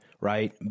right